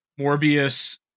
Morbius